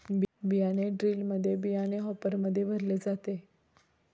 बियाणे ड्रिलमध्ये बियाणे हॉपरमध्ये भरले जाते